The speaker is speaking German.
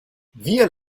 wir